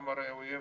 גם הרי האויב